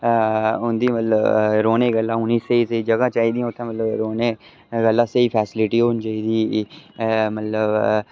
उंदी मतलव रौंह्ले गल्ला उनें सेही जगह जगह चाहीदियां उत्थें मतलव रौंह्ने गल्ला सेही फैसीलिटी होनी चाहीदी मतलव